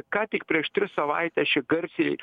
ką tik prieš tris savaites čia garsiai